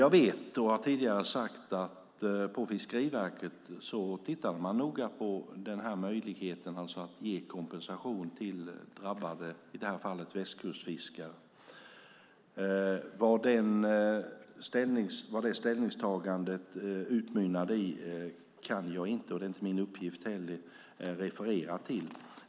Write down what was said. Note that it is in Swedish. Jag vet, som jag också tidigare har sagt, att man på Fiskeriverket har tittat noga på möjligheten att ge kompensation till drabbade fiskare, i det här fallet västkustfiskare. Vad detta ställningstagande utmynnade i kan jag inte referera, och det är inte heller min uppgift.